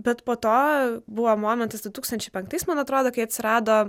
bet po to buvo momentas du tūkstančiai penktais man atrodo kai atsirado